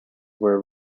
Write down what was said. were